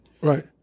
Right